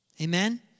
Amen